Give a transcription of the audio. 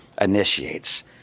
initiates